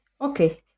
Okay